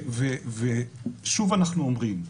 שוב אנחנו אומרים: